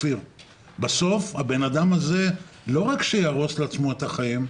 בסוף האדם הזה לא רק יהרוס לעצמו את החיים,